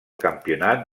campionat